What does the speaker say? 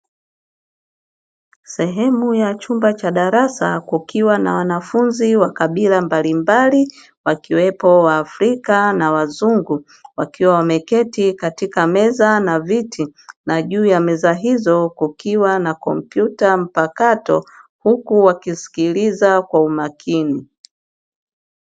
Sehemu ya chumba cha darasa kukiwa na wanafunzi wa kabila mbalimbali, wakiwepo waafrika na wazungu; wakiwa wameketi katika meza na viti, na juu ya meza hizo kukiwa na kompyuta mpakato, huku wakisikiliza kwa umakini.